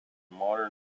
modern